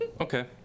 Okay